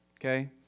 okay